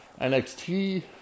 NXT